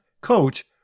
coach